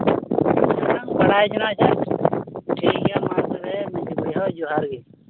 ᱚᱱᱟ ᱵᱟᱲᱟᱭ ᱡᱚᱱᱟᱜ ᱴᱷᱤᱠ ᱜᱮᱭᱟ ᱢᱟ ᱛᱚᱵᱮ ᱢᱟᱹᱡᱷᱤ ᱵᱩᱲᱦᱤ ᱦᱳᱭ ᱡᱚᱦᱟᱨ ᱜᱮ